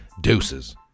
deuces